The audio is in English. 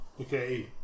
okay